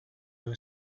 were